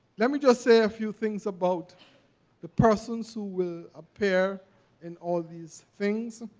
let me just say a few things about the persons who will appear in all these things